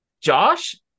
Josh